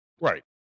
right